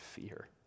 fear